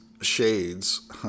Shades